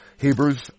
Hebrews